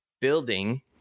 building